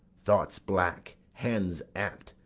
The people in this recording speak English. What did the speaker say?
thoughts black, hands apt,